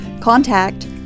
contact